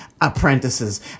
Apprentices